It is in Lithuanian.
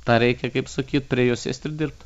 tą reikia kaip sakyt prie jo sėst ir dirbt